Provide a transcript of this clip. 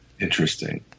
Interesting